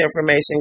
information